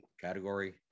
category